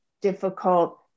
difficult